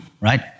right